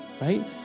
Right